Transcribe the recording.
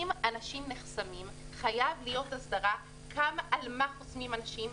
אם אנשים נחסמים חייבת להיות הסדרה על מה חוסמים אנשים,